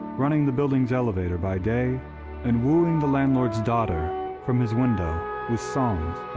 running the building's elevator by day and wooing the landlord's daughter from his window with songs